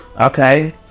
okay